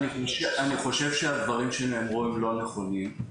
אני חושב שהדברים שנאמרו הם לא נכונים,